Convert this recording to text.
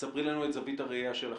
ספרי לנו את זווית הראייה שלהם.